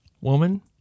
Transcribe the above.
Woman